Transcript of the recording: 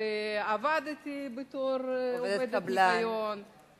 ועבדתי בתור עובדת ניקיון, עובדת קבלן.